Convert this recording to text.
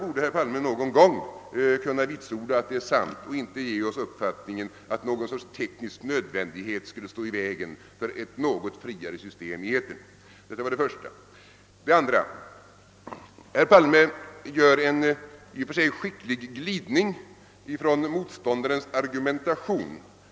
Herr Palme borde någon gång kunna vitsorda att detta är sant och inte ge oss den uppfattningen att de tekniska förutsättningarna står i vägen för ett friare system i etern. Herr Palme gör en i och för sig skicklig glidning från moståndarens argumentation.